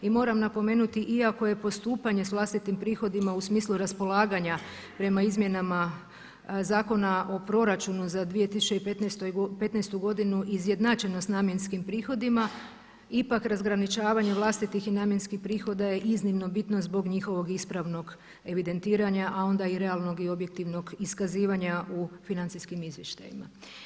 I moram napomenuti, iako je postupanje s vlastitim prihodima u smislu raspolaganja prema izmjenama Zakona o proračunu za 2015. godinu izjednačena s namjenskim prihodima, ipak razgraničavanje vlastitih i namjenskih prihoda je iznimno bitno zbog njihovog ispravnog evidentiranja, a onda i realnog i objektivnog iskazivanja u financijskim izvještajima.